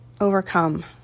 overcome